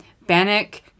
Bannock